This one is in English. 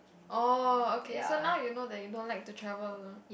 oh okay so now you know that you don't like to travel alone